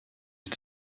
ist